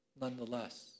nonetheless